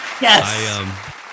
Yes